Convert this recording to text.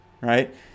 right